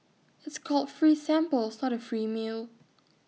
it's called free samples not A free meal